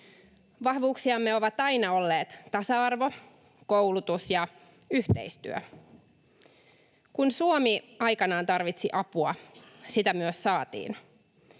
Vahvuuksiamme ovat aina olleet tasa-arvo, koulutus ja yhteistyö. Kun Suomi aikanaan tarvitsi apua, sitä myös saatiin.